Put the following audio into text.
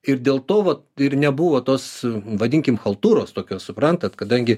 ir dėl to vat ir nebuvo tos vadinkim chaltūros tokios suprantat kadangi